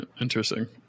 Interesting